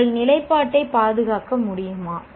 உங்கள் நிலைப்பாட்டைப் பாதுகாக்க முடியுமா